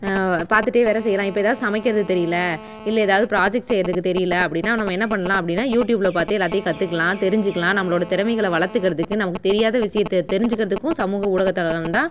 பார்த்துட்டே வேலை செய்யலாம் இப்போ ஏதாவது சமைக்கிறது தெரியல இல்லை ஏதாவது ப்ராஜக்ட் செய்கிறதுக்கு தெரியல அப்படின்னா நம்ம என்ன பண்ணலாம் அப்படின்னா யூடியூப்பில் பார்த்து எல்லாத்தையும் கற்றுக்கலாம் தெரிஞ்சுக்கலாம் நம்மளோடய திறமைகளை வளர்த்துகிறதுக்கு நமக்கு தெரியாத விஷயத்தை தெரிஞ்சுக்கிறதுக்கும் சமூக ஊடகத்தளம் தான்